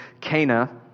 Cana